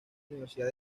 universidad